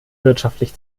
wirtschaftlich